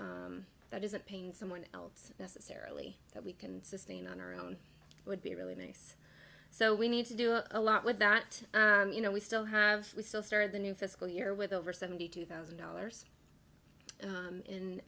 doesn't that isn't paying someone else necessarily that we can sustain on our own would be really nice so we need to do a lot with that you know we still have we still started the new fiscal year with over seventy two thousand dollars